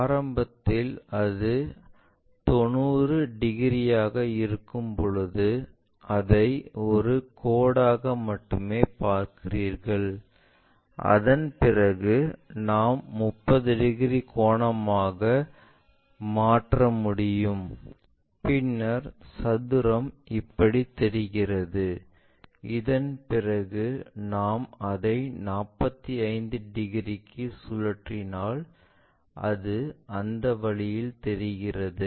ஆரம்பத்தில் அது 90 டிகிரியாக இருக்கும்போது அதை ஒரு கோடாக மட்டுமே பார்க்கிறீர்கள் அதன் பிறகு நாம் 30 டிகிரி கோணமாக மாற்ற முடியும் பின்னர் சதுரம் இப்படி தெரிகிறது அதன் பிறகு நாம் அதை 45 டிகிரிக்கு சுழற்றினாள் அது அந்த வழியில் தெரிகிறது